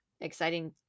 exciting